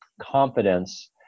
confidence